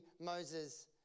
Moses